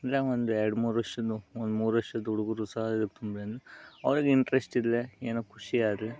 ಅಂದರೆ ಒಂದು ಎರಡು ಮೂರು ವರ್ಷದ ಒಂದು ಮೂರು ವರ್ಷದ ಹುಡುಗುರು ಸಹ ಇದಕ್ಕೆ ಅವ್ರಿಗೆ ಇಂಟ್ರೆಸ್ಟ್ ಇದ್ದರೆ ಏನೋ ಖುಷಿಯಾದರೆ